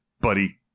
buddy